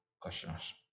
questions